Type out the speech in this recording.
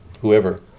whoever